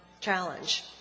Challenge